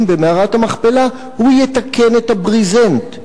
במערת המכפלה הוא יתקן את הברזנט.